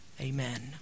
Amen